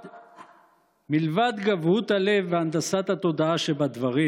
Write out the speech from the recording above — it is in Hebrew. מלבד גבהות הלב והנדסת התודעה שבדברים,